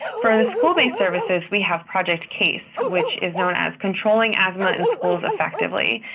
for the school-based services, we have project case, which is known as controlling asthma in schools effectively.